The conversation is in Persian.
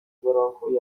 برانکوی